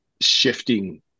shifting